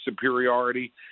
superiority